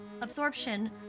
absorption